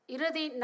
Iradi